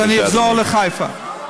אז אני אחזור לחיפה.